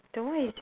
then why is this